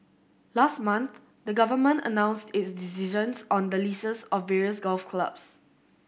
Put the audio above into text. last month the Government announced its decisions on the leases of various golf clubs